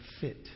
fit